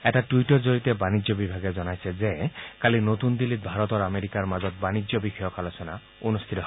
এটা টুইটৰ জৰিয়তে বাণিজ্য বিভাগে জনাইছে যে কালি নতুন দিল্লীত ভাৰত আৰু আমেৰিকাৰ মাজত বাণিজ্য বিষয়ক আলোচনা অনুষ্ঠিত হয়